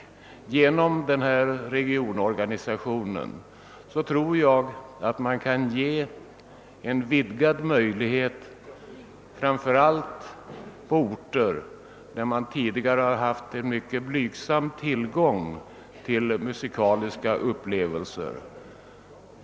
Jag tror att vi genom denna regionorganisation kan vidga möjligheterna härvidlag, framför allt på orter där förutsättningarna för musikaliska upplevelser tidigare varit mycket blygsamma.